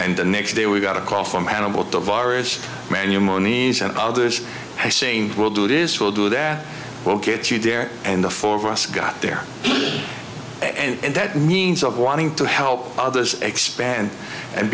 and the next day we got a call from hannibal to virus man you monies and others i saying we'll do this we'll do that we'll get you there and the four of us got there and that means of wanting to help others expand and